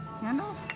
Candles